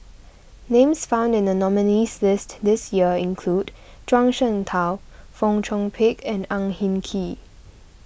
names found in the nominees' list this year include Zhuang Shengtao Fong Chong Pik and Ang Hin Kee